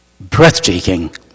breathtaking